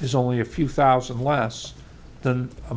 there's only a few thousand less than a